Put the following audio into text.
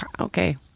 okay